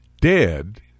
dead